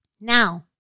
Now